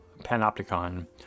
panopticon